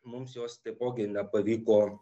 mums jos taipogi nepavyko